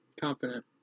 Confident